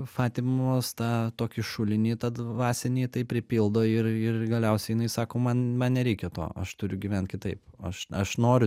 fatimos tą tokį šulinį tą dvasinį taip pripildo ir ir galiausiai jinai sako man man nereikia to aš turiu gyvent kitaip aš aš noriu